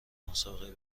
مسابقه